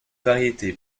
variété